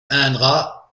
indra